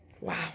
Wow